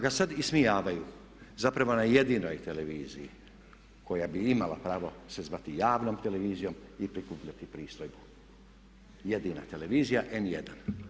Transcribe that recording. Pa ga sad ismijavaju zapravo na jedinoj televiziji koja bi imala pravo se zvati javnom televizijom i prikupljati pristojbu, jedina televizija N1.